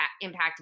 impact